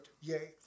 yay